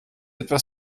etwas